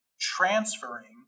transferring